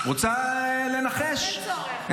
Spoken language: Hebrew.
רוצה לנחש?